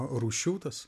rūšių tas